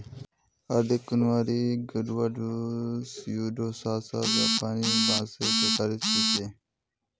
अर्धकुंवारी ग्वाडुआ स्यूडोसासा जापानिका बांसेर प्रकार छिके